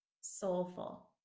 soulful